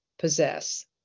possess